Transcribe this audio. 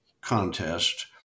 contest